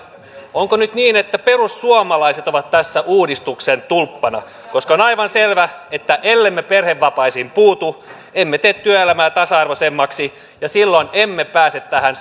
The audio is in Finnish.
onko nyt niin että perussuomalaiset ovat tässä uudistuksen tulppana nimittäin on aivan selvä että ellemme perhevapaisiin puutu emme tee työelämää tasa arvoisemmaksi ja silloin emme pääse tähän